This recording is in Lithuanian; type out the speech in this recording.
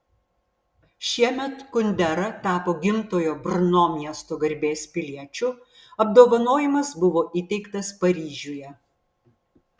šiemet kundera tapo gimtojo brno miesto garbės piliečiu apdovanojimas buvo įteiktas paryžiuje